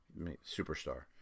Superstar